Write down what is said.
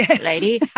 lady